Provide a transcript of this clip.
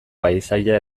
paisaia